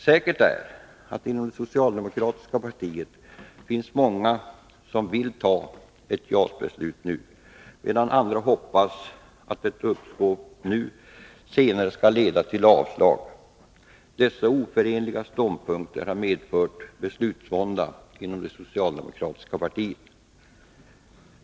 Säkert är att det inom det socialdemokratiska partiet finns många som vill fatta ett JAS-beslut nu, medan andra hoppas att ett uppskov skall leda till avslag senare. Dessa oförenliga ståndpunkter har medfört beslutsvånda inom det socialdemokratiska partiet.